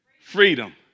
Freedom